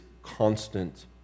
constant